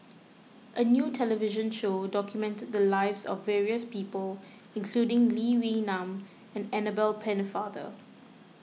a new television show documented the lives of various people including Lee Wee Nam and Annabel Pennefather